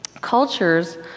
cultures